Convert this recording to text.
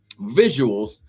visuals